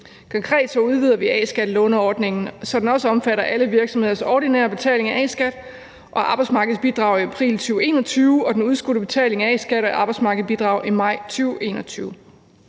Konkret udvider vi A-skattelåneordningen, så den også omfatter alle virksomheders ordinære betaling af A-skat og arbejdsmarkedsbidrag i april 2021 og den udskudte betaling af A-skat og arbejdsmarkedsbidrag i maj 2021.